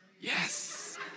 Yes